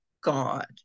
God